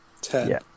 Ten